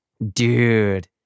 dude